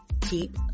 keep